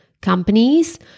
companies